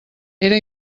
era